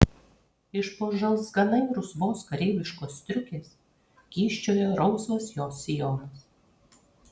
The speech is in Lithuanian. iš po žalzganai rusvos kareiviškos striukės kyščiojo rausvas jos sijonas